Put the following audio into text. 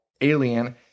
Alien